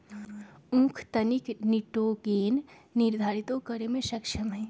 उख तनिक निटोगेन निर्धारितो करे में सक्षम हई